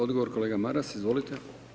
Odgovor kolega Maras, izvolite.